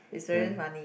then